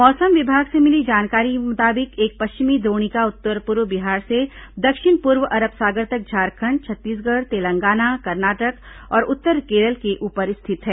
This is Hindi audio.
मौसम विभाग से मिली जानकारी के मुताबिक एक पश्चिमी द्रोणिका उत्तर पूर्व बिहार से दक्षिण पूर्व अरब सागर तक झारखंड छत्तीसगढ़ तेलंगाना कर्नाटक और उत्तर केरल के ऊपर स्थित है